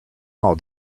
all